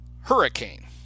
Hurricane